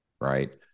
right